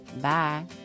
bye